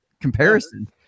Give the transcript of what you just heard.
comparison